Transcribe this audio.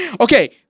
Okay